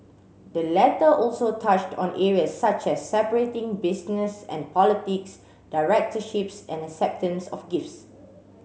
the letter also touched on areas such as separating business and politics directorships and acceptance of gifts